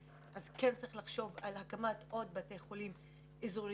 אז צריך לחשוב על הקמת עוד בתי חולים אזוריים,